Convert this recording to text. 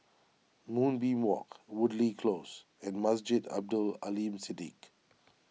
Moonbeam Walk Woodleigh Close and Masjid Abdul Aleem Siddique